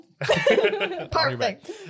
Perfect